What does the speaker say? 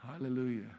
hallelujah